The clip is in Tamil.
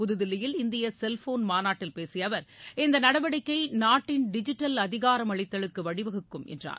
புதுதில்லியில் இந்திய செல்போன் மாநாட்டில் பேசிய அவர் இந்த நடவடிக்கை நாட்டின் டிஜிட்டல் அதிகாரமளித்தலுக்கு வழிவகுக்கும் என்றார்